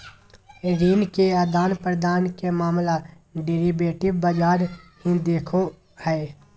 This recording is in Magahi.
ऋण के आदान प्रदान के मामला डेरिवेटिव बाजार ही देखो हय